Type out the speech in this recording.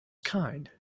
kind